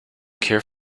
cure